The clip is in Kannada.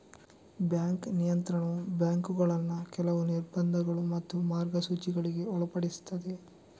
ಬ್ಯಾಂಕ್ ನಿಯಂತ್ರಣವು ಬ್ಯಾಂಕುಗಳನ್ನ ಕೆಲವು ನಿರ್ಬಂಧಗಳು ಮತ್ತು ಮಾರ್ಗಸೂಚಿಗಳಿಗೆ ಒಳಪಡಿಸ್ತದೆ